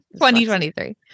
2023